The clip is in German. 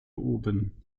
oben